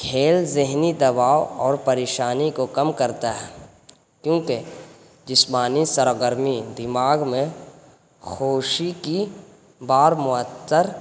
کھیل ذہنی دباؤ اور پریشانی کو کم کرتا ہے کیونکہ جسمانی سرگرمی دماغ میں خوشی کی